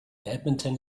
badminton